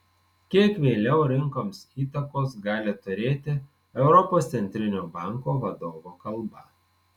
kiek vėliau rinkoms įtakos gali turėti europos centrinio banko vadovo kalba